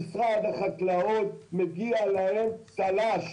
למשרד החקלאות מגיע צל"ש,